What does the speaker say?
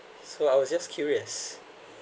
so I was just curious